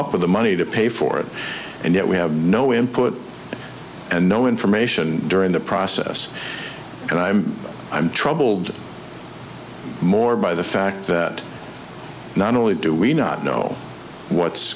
up with the money to pay for it and yet we have no input and no information during the process and i'm i'm troubled more by the fact that not only do we not know what's